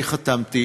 אני חתמתי